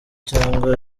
cyangwa